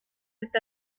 with